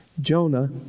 Jonah